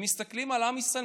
הם מסתכלים על עם ישראל.